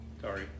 Sorry